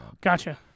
Gotcha